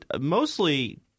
mostly –